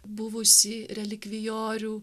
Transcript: buvusį relikvijorių